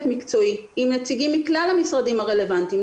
מקצועי עם נציגים מכלל המשרדים הרלוונטיים,